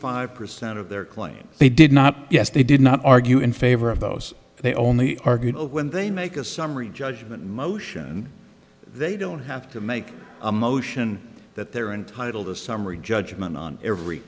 five percent of their claims they did not yes they did not argue in favor of those they only argued over when they make a summary judgment motion and they don't have to make a motion that they're entitled a summary judgment on every